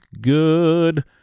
good